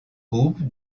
groupe